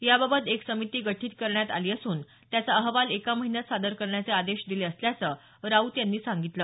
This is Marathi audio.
याबाबत एक समिती गठीत करण्यात आली असून त्याचा अहवाल एका महिन्यात सादर करण्याचे आदेश दिले असल्याचं राऊत यांनी सांगितलं